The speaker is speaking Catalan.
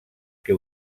que